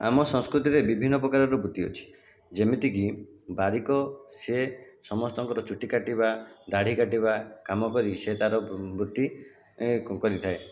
ଆମ ସଂସ୍କୃତିରେ ବିଭିନ୍ନ ପ୍ରକାରର ବୃତ୍ତି ଅଛି ଯେମିତିକି ବାରିକ ସେ ସମସ୍ତଙ୍କର ଚୁଟି କାଟିବା ଦାଢ଼ି କାଟିବା କାମ କରି ସେ ତାର ବୃତ୍ତି ଏ କରିଥାଏ